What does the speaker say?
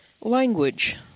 language